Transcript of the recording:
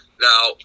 Now